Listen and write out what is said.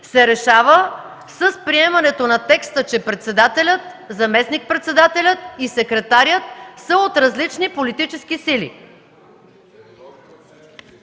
се решава с приемането на текста, че председателят, заместник-председателят и секретарят са от различни политически сили.